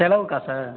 செலவுக்கா sir